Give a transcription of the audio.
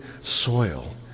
soil